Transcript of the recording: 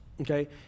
Okay